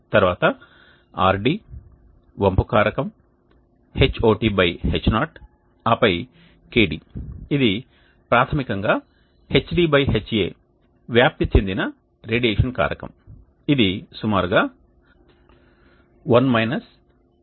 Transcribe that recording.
తర్వాత Rd వంపు కారకం HotH0 ఆపై kd ఇది ప్రాథమికంగా HdHa వ్యాప్తి చెందిన రేడియేషన్ కారకం ఇది సుమారుగా 1 1